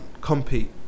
compete